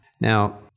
now